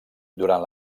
durant